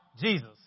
Jesus